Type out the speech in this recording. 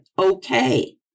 okay